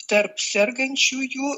tarp sergančiųjų